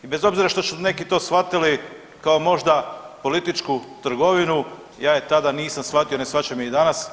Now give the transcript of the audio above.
I bez obzira što su to neki shvatili kao možda političku trgovinu ja je tada nisam shvatio, ne shvaćam je ni danas.